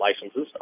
licenses